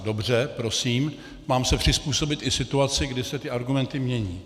Dobře, prosím, mám se přizpůsobit i situaci, kdy se ty argumenty mění.